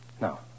No